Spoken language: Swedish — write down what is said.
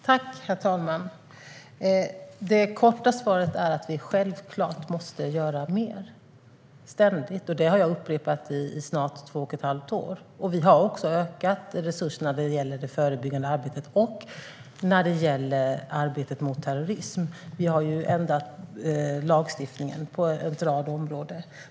Herr talman! Det korta svaret är att vi självklart måste göra mer - ständigt. Det har jag upprepat i snart två och ett halvt år. Vi har också ökat resurserna när det gäller det förebyggande arbetet och när det gäller arbetet mot terrorism. Vi har ändrat lagstiftningen på en rad områden.